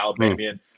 Alabamian